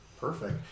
Perfect